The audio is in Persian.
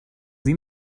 این